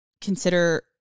consider